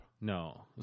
No